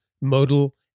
modal